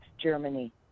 Germany